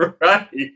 Right